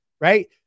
right